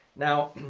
now,